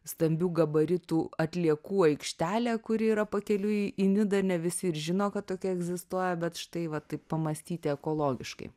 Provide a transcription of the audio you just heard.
stambių gabaritų atliekų aikštelę kuri yra pakeliui į nidą ne visi ir žino kad tokia egzistuoja bet štai va taip pamąstyti ekologiškai